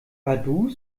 vaduz